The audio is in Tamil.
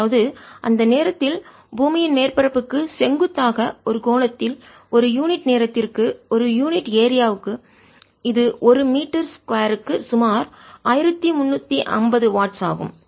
அதாவது அந்த நேரத்தில் பூமியின் மேற்பரப்புக்கு செங்குத்தாக ஒரு கோணத்தில் ஒரு யூனிட் நேரத்திற்கு ஒரு யூனிட் ஏரியா க்கு இது ஒரு மீட்டர்2 க்கு சுமார் 1350 வாட்ஸ் ஆகும்